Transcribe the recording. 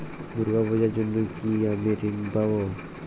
দুর্গা পুজোর জন্য কি আমি ঋণ পাবো?